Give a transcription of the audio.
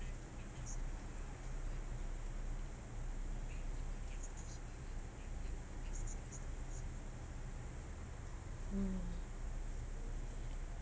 mm